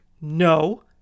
No